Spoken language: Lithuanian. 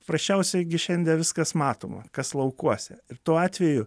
prasčiausiai gi šiandien viskas matoma kas laukuose ir tuo atveju